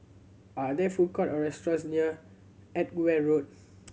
are there food court or restaurants near Edgware Road